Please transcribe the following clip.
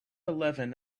eleven